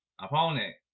opponent